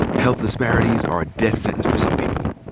health disparities are a death sentence for some people.